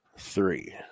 three